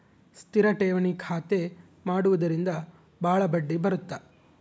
ಸ್ಥಿರ ಠೇವಣಿ ಖಾತೆ ಮಾಡುವುದರಿಂದ ಬಾಳ ಬಡ್ಡಿ ಬರುತ್ತ